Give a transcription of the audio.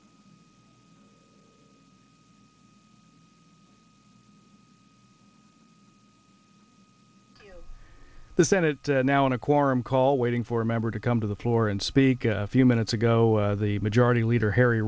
the the senate now in a quorum call waiting for a member to come to the floor and speak a few minutes ago the majority leader harry